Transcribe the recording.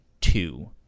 two